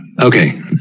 Okay